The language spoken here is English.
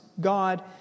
God